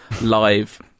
live